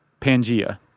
Pangaea